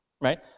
right